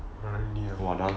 near near